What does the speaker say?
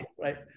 right